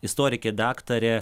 istorikė daktarė